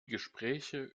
gespräche